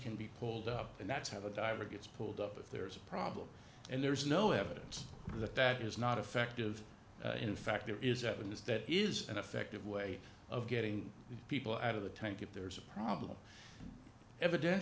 can be pulled up and that's have a diver gets pulled up if there is a problem and there is no evidence that that is not effective in fact there is evidence that is an effective way of getting people out of the tank if there is a problem eviden